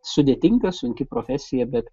sudėtinga sunki profesija bet